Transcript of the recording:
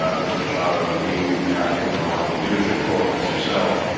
um mr. machado, you have taken a remarkable leadership role on this yourself